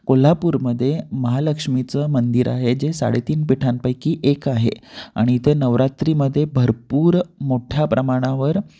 कोल्हापूरमध्ये महालक्ष्मीचं मंदिर आहे जे साडेतीन पिठांपैकी एक आहे आणि इथं नवरात्रीमध्ये भरपूर मोठ्या प्रमाणावर